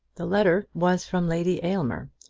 the letter was from lady aylmer,